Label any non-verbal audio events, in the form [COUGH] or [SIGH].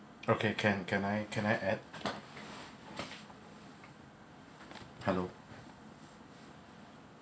okay can can I can I add [NOISE] hello